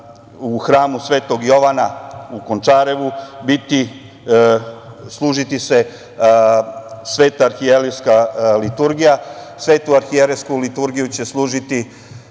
Hramu Svetog Jovana u Končarevu služiti se sveta arhijerejska liturgija. Svetu arhijerejsku liturgiju će služiti